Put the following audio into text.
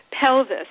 pelvis